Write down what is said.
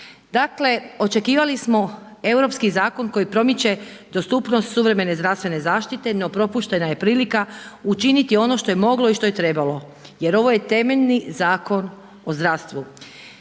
Dakle, očekivali smo europski zakon koji promiče dostupnost suvremene zdravstvene zaštite, no propuštena je prilika učiniti ono što je moglo i što je trebalo. Jer ovo je temeljni zakon o zdravstvu.